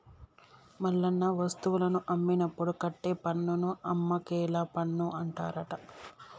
మల్లన్న వస్తువులను అమ్మినప్పుడు కట్టే పన్నును అమ్మకేల పన్ను అంటారట